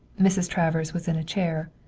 mrs. travers was in a chair,